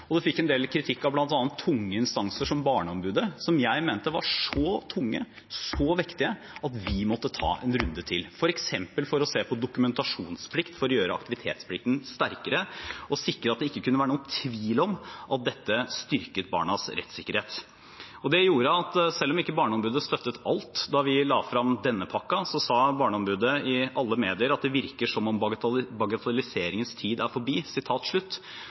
Det fikk en del kritikk fra bl.a. tunge instanser som Barneombudet, som jeg mente var så tunge og vektige innspill at vi måtte ta en runde til, f.eks. for å se på dokumentasjonsplikt for å gjøre aktivitetsplikten sterkere og sikre at det ikke kunne være noen tvil om at dette styrket barnas rettssikkerhet. Det gjorde at selv om Barneombudet ikke støttet alt da vi la frem denne pakken, sa Barneombudet i alle medier at «det virker som om bagatelliseringens tid nå er